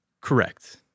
Correct